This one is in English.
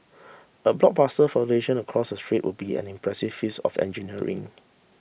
a blockbuster flotation across the strait would be an impressive feats of engineering